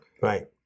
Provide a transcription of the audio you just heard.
Right